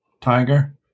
Tiger